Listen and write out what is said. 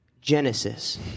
Genesis